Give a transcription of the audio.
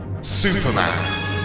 Superman